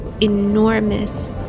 enormous